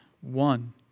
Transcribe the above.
one